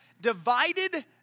divided